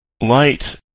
Light